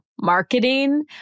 marketing